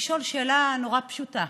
ולשאול שאלה נורא פשוטה: